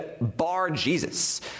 Bar-Jesus